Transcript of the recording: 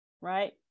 right